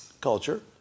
culture